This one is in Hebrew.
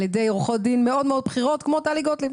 ידי עורכות דין מאוד בכירות כמו טלי גוטליב.